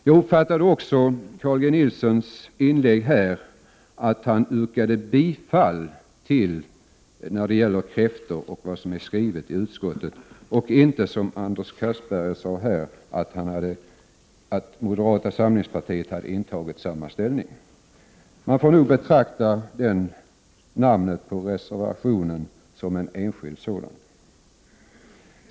Jag uppfattade Carl G Nilssons inlägg här så att han när det gäller kräftförsäljning ville tillstyrka det utskottet har skrivit, och inte såsom Anders Castberger påstod tog samma ställning som moderata samlingspartiet. Jag får nog betrakta det moderata namnet i reservationen som representerande en enskild opinion.